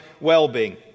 well-being